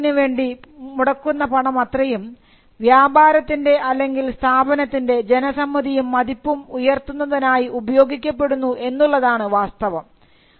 മാർക്കറ്റിങ്ങിന്നുവേണ്ടി മുടക്കുന്ന പണമത്രയും വ്യാപാരത്തിൻറെ അല്ലെങ്കിൽ സ്ഥാപനത്തിൻറെ ജനസമ്മതിയും മതിപ്പും ഉയർത്തുന്നതിനായി ഉപയോഗിക്കപ്പെടുന്നു എന്നുള്ളതാണ് വാസ്തവം